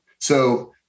So-